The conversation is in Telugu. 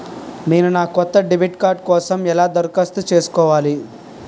నేను నా కొత్త డెబిట్ కార్డ్ కోసం ఎలా దరఖాస్తు చేసుకోవాలి?